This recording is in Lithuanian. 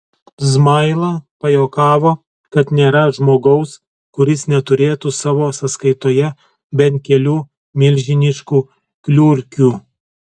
zmaila pajuokavo kad nėra žmogaus kuris neturėtų savo sąskaitoje bent kelių milžiniškų kliurkių